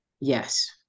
Yes